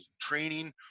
training